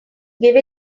give